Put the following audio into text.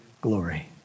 glory